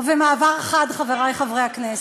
ובמעבר חד, חברי חברי הכנסת,